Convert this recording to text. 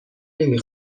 نمی